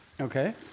Okay